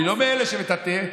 אני לא מאלה שמטאטאים,